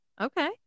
Okay